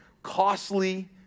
costly